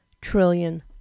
trillion